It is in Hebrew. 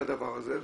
את הדבר הזה.